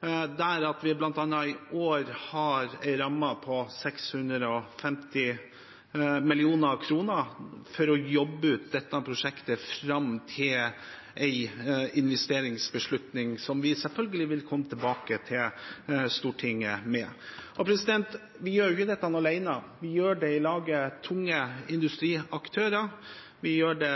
Vi har i år bl.a. en ramme på 650 mill. kr for å jobbe ut dette prosjektet fram til en investeringsbeslutning, som vi selvfølgelig vil komme tilbake til Stortinget med. Vi gjør ikke dette alene, vi gjør det i lag med tunge industriaktører, vi gjør det